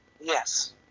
Yes